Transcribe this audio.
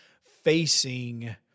facing